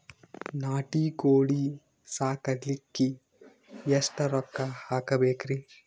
ನಾಟಿ ಕೋಳೀ ಸಾಕಲಿಕ್ಕಿ ಎಷ್ಟ ರೊಕ್ಕ ಹಾಕಬೇಕ್ರಿ?